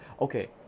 Okay